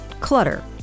clutter